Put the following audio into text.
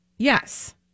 Yes